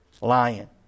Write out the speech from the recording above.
lying